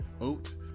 oat